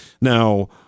Now